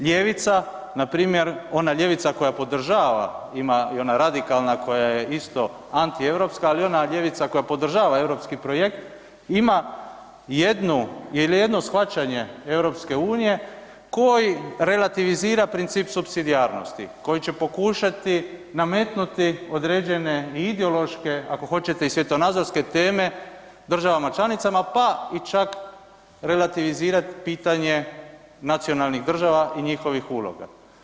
Ljevica na primjer, ona ljevica koja podržava, ima i ona radikalna koja je isto antieuropska, ali ona ljevica koja podržava europski projekt ima jednu ili jedno shvaćanje EU koji relativizira princip supsidijarnosti, koji će pokušati nametnuti određene ideološke, ako hoćete i svjetonazorske teme državama članicama pa i čak relativizirat pitanje nacionalnih država i njihovih uloga.